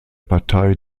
partei